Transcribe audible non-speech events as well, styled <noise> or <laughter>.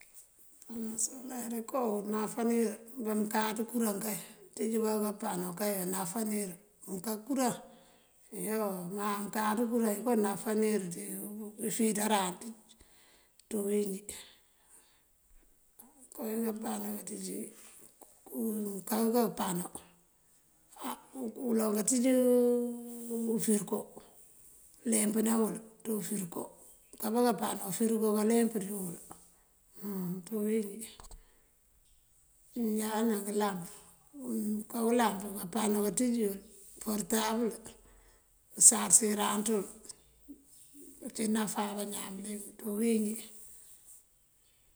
Pano soler inko náfánir báam káaţ kuraŋ kay mëënţíj bá kápano kay anáfánir. Mëënká kuraŋ iyo, ma mëënkáaţ kuraŋ yoko náfánir ţí <hesitation> ufíiţaran ţí bíwín nji. Kon pëëmpano iţíji, mëënkáan kápano <hesitation> uloŋ kaţíj ufërigo këëleempená wël du fërigo. Mëënka kápano, fërigo kaleemp dí wul <hesitation> ţí bíwín nji. Mëëñana ngëlamp, mëënká ulamp pano káanţíj wul, porëtabël pëësarësan ţul, ací náfá bañaan bëliyëng ţí bíwín nji.